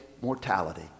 mortality